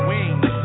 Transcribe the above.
Wings